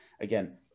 again